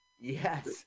Yes